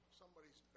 somebody's